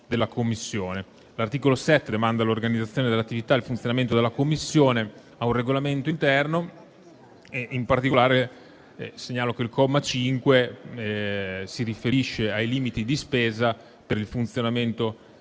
L'articolo 7 demanda l'organizzazione dell'attività ed il funzionamento della Commissione ad un regolamento interno; in particolare, segnalo che il comma 5 si riferisce ai limiti di spesa per il funzionamento della